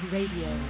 Radio